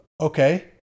Okay